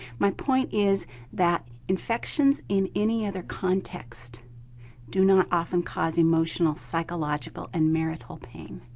my point is that infections in any other context do not often cause emotional, psychological, and marital pain.